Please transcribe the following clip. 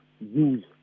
use